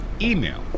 email